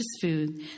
food